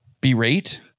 berate